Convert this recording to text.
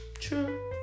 true